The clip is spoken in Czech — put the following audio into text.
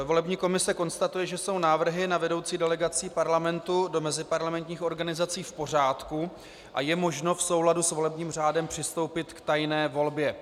Volební komise konstatuje, že jsou návrhy na vedoucí delegací Parlamentu do meziparlamentních organizací v pořádku a je možno v souladu s volebním řádem přistoupit k tajné volbě.